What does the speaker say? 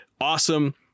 awesome